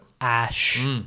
Ash